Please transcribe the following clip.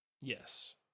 Yes